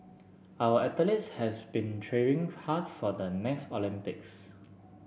our athletes has been training hard for the next Olympics